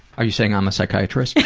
are you saying i'm a psychiatrist? and